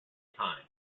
time